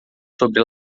sobre